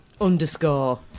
Underscore